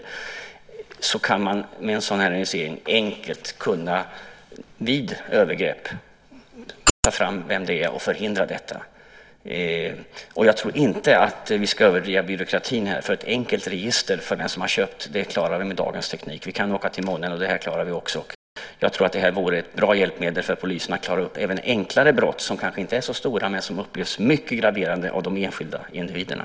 För dem kan man med en sådan här organisering enkelt vid övergrepp ta fram vem det är som ringer och förhindra det. Jag tror inte att vi ska överdriva byråkratin. Ett enkelt register över dem som har köpt kontantkort klarar vi med dagens teknik. Vi kan åka till månen, och det här klarar vi också. Jag tror att detta vore ett bra hjälpmedel för polisen att klara upp även enklare brott, som kanske inte är så stora men som upplevs som mycket graverande av de enskilda individerna.